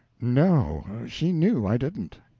no she knew i didn't.